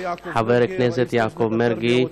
חבר הכנסת יעקב מרגי,